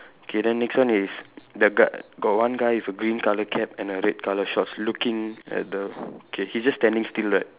okay then next one is the g~ got one guy with a green colour cap and a red colour shorts looking at the okay he's just standing still right